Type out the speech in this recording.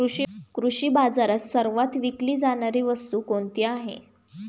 कृषी बाजारात सर्वात विकली जाणारी वस्तू कोणती आहे?